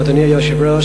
אדוני היושב-ראש,